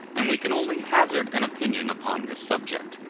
and we can only hazard an opinion upon this subject.